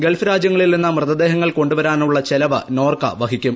Gulf രാജ്യങ്ങളിൽ നിന്ന് മൃതദേഹങ്ങൾ കൊണ്ടുവരാനുള്ള ചെലവ് നോർക്ക വഹിക്കും